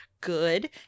good